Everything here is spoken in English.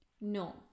No